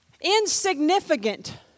insignificant